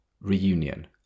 Reunion